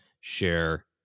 share